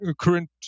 current